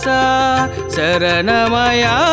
Saranamaya